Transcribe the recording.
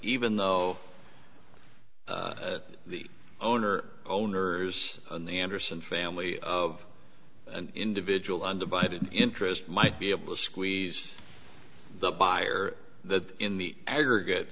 even though the owner owners the anderson family of an individual undivided interest might be able to squeeze the buyer that in the aggregate